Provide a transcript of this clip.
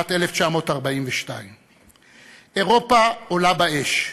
שנת 1942. אירופה עולה באש,